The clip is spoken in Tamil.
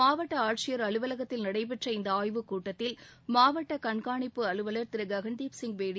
மாவட்ட ஆட்சியர் அலுவலகத்தில் நடைபெற்ற இந்த ஆய்வுக் கூட்டத்தில் மாவட்ட கண்காணிப்பு அலுவலர் திரு ககன்தீப் சிங் பேடி